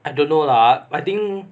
I don't know lah I think